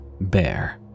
Bear